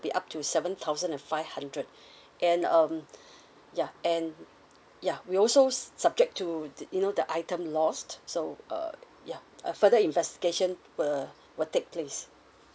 be up to seven thousand and five hundred and um yeah and yeah we also subject to the you know the item lost so uh yeah uh further investigation will will take place